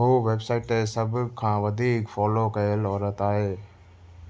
हो वेबसाइट ते सभ खां वधीक फॉलो कयल औरत आहे